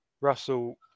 Russell